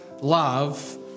love